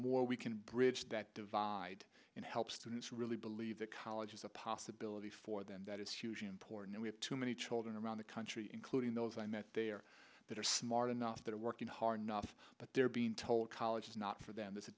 more we can bridge that divide and help students really believe that college is a possibility for them that it's usually poor and we have too many children around the country including those i met there that are smart enough that are working hard enough but they're being told college is not for them that's a